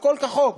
הכול כחוק,